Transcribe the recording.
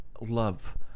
love